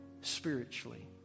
spiritually